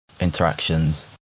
interactions